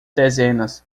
dezenas